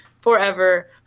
forever